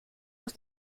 aus